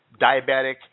diabetic